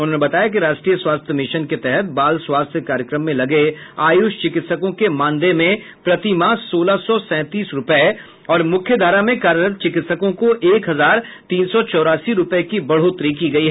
उन्होंने बताया कि राष्ट्रीय स्वास्थ्य मिशन के तहत बाल स्वास्थ्य कार्यक्रम में लगे आयुष चिकित्सकों के मानेदय में प्रतिमाह सोलह सौ सैंतीस रूपये और मुख्य धारा में कार्यरत चिकित्सकों को एक हजार तीन सौ चौरासी रूपये की बढ़ोतरी की गयी